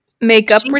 makeup